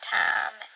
time